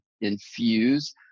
infuse